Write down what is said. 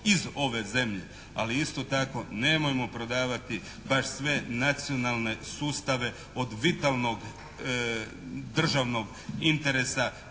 iz ove zemlje. Ali isto tako nemojmo prodavati baš sve nacionalne sustave od vitalnog državnog interesa.